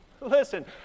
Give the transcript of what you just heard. listen